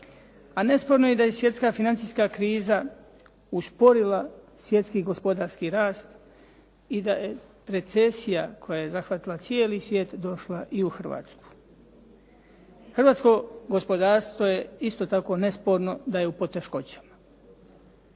A nesporno je da je svjetska financijska kriza usporila svjetski gospodarski rast i da je recesija koja je zahvatila cijeli svijet došla i u Hrvatsku. Hrvatsko gospodarstvo je isto tako nesporno da je u poteškoćama.